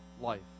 life